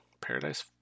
Paradise